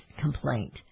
Complaint